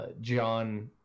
John